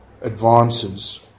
advances